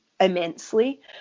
immensely